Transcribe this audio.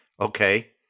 Okay